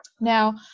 Now